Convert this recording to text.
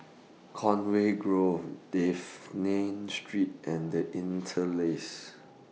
Conway Grove Dafne Street and The Interlace